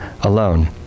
alone